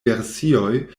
versioj